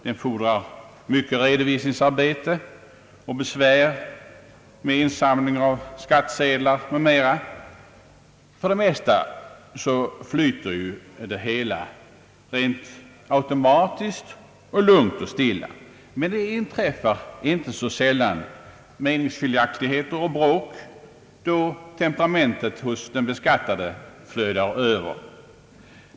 Den fordrar ett stort redovisningsarbete och medför besvär med insamling av skattsedlar m.m. För det mesta flyter det hela rent automatiskt, lugnt och stilla. Men inte så sällan inträffar meningsskiljaktigheter och bråk, då temperamentet hos den beskattade flödar över.